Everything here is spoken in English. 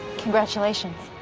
congratulations.